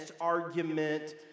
argument